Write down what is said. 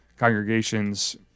congregations